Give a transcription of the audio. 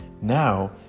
Now